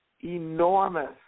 enormous